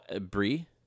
Brie